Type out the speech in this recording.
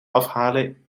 afhalen